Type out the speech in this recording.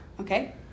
Okay